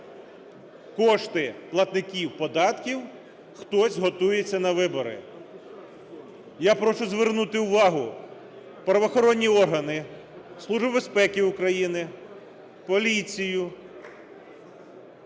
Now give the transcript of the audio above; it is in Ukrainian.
кошти платників податків хтось готується на вибори. Я прошу звернути увагу правоохоронні органи, Службу безпеки України, поліцію